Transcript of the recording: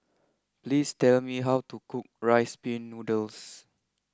please tell me how to cook Rice Pin Noodles